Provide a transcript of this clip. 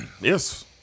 Yes